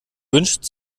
wünscht